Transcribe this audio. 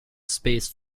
space